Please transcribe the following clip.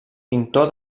pintor